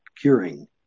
curing